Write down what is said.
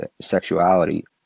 sexuality